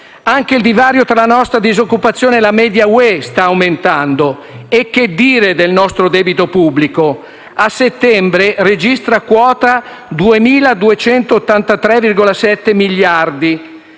Anche il divario tra la nostra disoccupazione e la media dell'Unione europea sta aumentando. E che dire del nostro debito pubblico? A settembre ha registrato quota 2.283,7 miliardi,